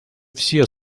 все